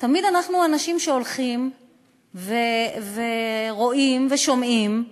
אנחנו, האנשים שהולכים ורואים ושומעים,